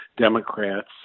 democrats